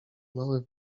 mały